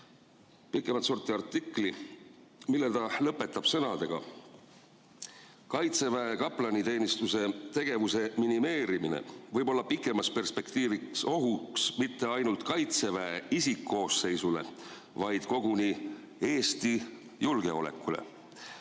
pikemat sorti artikli, mille ta lõpetas sõnadega: "Kaitseväe kaplaniteenistuse tegevuse minimeerimine võib olla pikemas perspektiivis ohuks mitte ainult kaitseväe isikkoosseisule, vaid koguni Eesti julgeolekule."